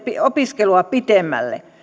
opiskelua pitemmälle